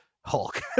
Hulk